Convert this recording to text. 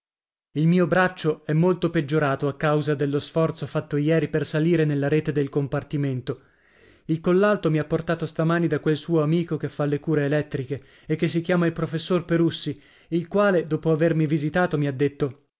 il mio braccio è molto peggiorato a causa dello sforzo fatto ieri per salire nella rete del compartimento il collalto mi ha portato stamani da quel suo amico che fa le cure elettriche e che si chiama il professor perussi il quale dopo avermi visitato mi ha detto